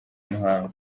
umuhango